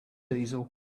diesel